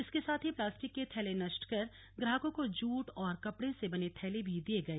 इसके साथ ही प्लास्टिक के थैले नष्ट कर ग्राहकों को जूट और कपड़े से बने थैले भी दिए गए